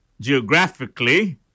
geographically